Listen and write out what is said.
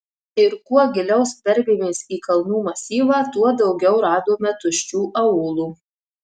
ir kuo giliau skverbėmės į kalnų masyvą tuo daugiau radome tuščių aūlų